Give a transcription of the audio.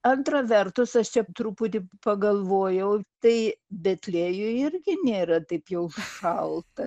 antra vertus aš čia truputį pagalvojau tai betliejuj irgi nėra taip jau šalta